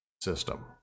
system